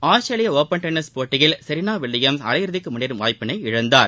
ஆஸ்திரேலிய open tennis போட்டியில் Serena Williams அரையிறுதிக்கு முன்னேறும் வாய்ப்பினை இழந்தார்